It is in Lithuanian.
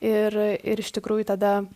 ir ir iš tikrųjų tada